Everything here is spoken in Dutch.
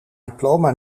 diploma